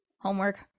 Homework